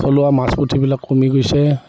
থলুৱা মাছ পুঠিবিলাক কমি গৈছে